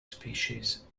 species